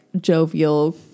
jovial